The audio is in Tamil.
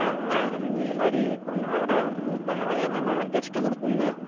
மேம் இது மாதிரி கொஞ்சம் நாளாக தூக்கமே இல்லை மேம் அதான் டெஸ்ட்டு கொடுத்துருந்தன்